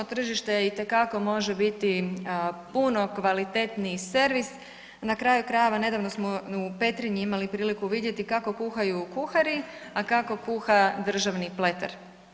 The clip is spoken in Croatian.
Tržište itekako može biti puno kvalitetniji servis na kraju krajeva nedavno smo u Petrinji imali priliku vidjeti kako kuhaju kuhari, a kako kuha državni Pleter.